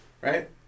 Right